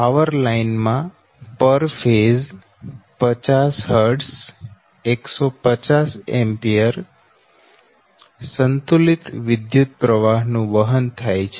power line માં પર phase 50 Hz 150 A balance વિધુતપ્રવાહ નું વહન થાય છે